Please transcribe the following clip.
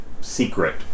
secret